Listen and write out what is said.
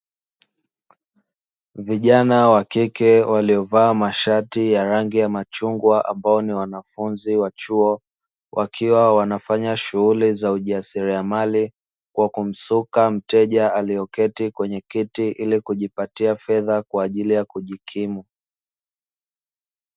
Vijana wa kike waliovaa mashati ya rangi ya machungwa ambao ni wanafunzi wa chuo, wakiwa wanafanya shughuli za ujasiriamaali kwa wakimsuka mteja aliyeketi kwenye kiti, ili kujipatia fedha kwa ajili ya kujikimu.